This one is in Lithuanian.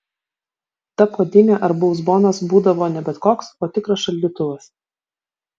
ta puodynė arba uzbonas būdavo ne bet koks o tikras šaldytuvas